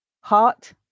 Heart